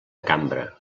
cambra